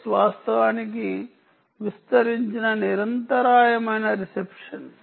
EDRX వాస్తవానికి విస్తరించిన నిరంతరాయమైన రిసెప్షన్